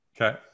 Okay